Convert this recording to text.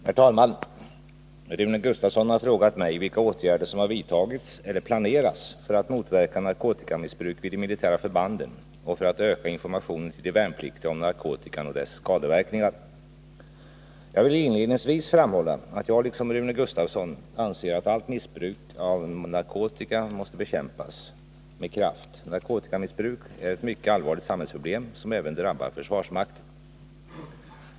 Herr talman! Rune Gustavsson har frågat mig vilka åtgärder som har vidtagits eller planeras för att motverka narkotikamissbruk vid de militära förbanden och för att öka informationen till de värnpliktiga om narkotikan och dess skadeverkningar. Jag vill inledningsvis framhålla att jag liksom Rune Gustavsson anser att allt missbruk av narkotika måste bekämpas med kraft. Narkotikamissbruk är ett mycket allvarligt samhällsproblem, som även drabbar försvarsmakten.